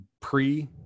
pre